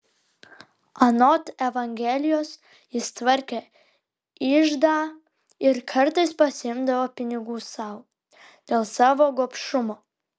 anot evangelijos jis tvarkė iždą ir kartais pasiimdavo pinigų sau dėl savo gobšumo